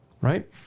right